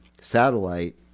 satellite